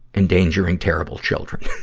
endangering terrible children.